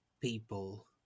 people